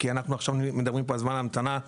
כי אנחנו עכשיו מדברים פה על זמן ההמתנה,